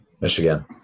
Michigan